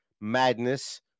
madness